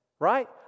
Right